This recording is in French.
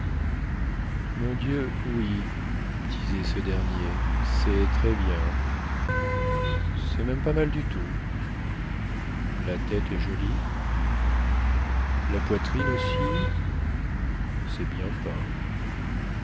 mon dieu oui disait ce dernier cest très bien cest même pas mal du tout la tête est jolie la poitrine aussi cest bien